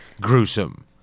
gruesome